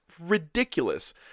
ridiculous